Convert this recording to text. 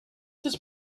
this